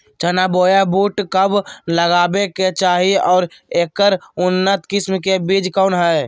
चना बोया बुट कब लगावे के चाही और ऐकर उन्नत किस्म के बिज कौन है?